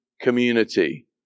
community